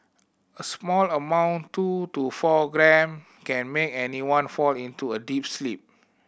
a small amount two to four gram can make anyone fall into a deep sleep